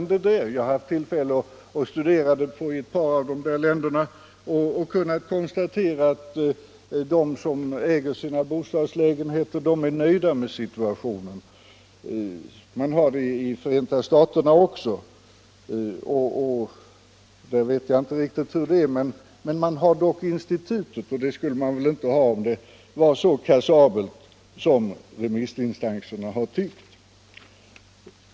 Jag har själv haft tillfälle att studera den saken i ett par av dessa länder, och jag har kunnat konstatera att de som äger sina bostadslägenheter är nöjda med förhållandena. Sådana institut finns också i Förenta staterna. Jag vet inte riktigt hur det är där, men man skulle väl inte ha kvar institutet, om det var så kassabelt som remissinstanserna anser.